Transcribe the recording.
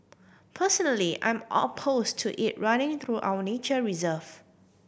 personally I'm oppose to it running through our nature reserve